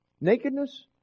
nakedness